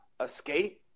escape